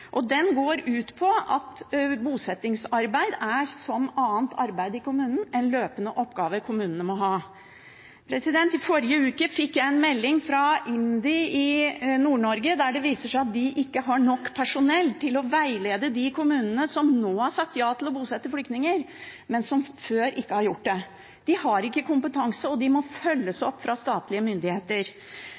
år. Den løser ikke oppgavene, og da må man tenke nytt. Vi sendte ut på høring et forslag om dette da vi satt i regjering. Det går ut på at bosettingsarbeid er, som annet arbeid i kommunen, en løpende oppgave kommunene må ha. I forrige uke fikk jeg en melding fra IMDi i Nord-Norge, der det viser seg at de ikke har nok personell til å veilede de kommunene som nå har sagt ja til å bosette flyktninger, men som før ikke har gjort